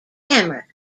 camera